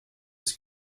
his